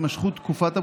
התמשכות תקופת הבחירות,